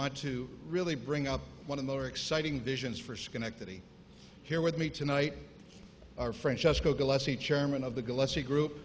want to really bring up one of the exciting visions for schenectady here with me tonight are francesco gillespie chairman of the gillespie group